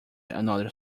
another